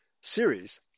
series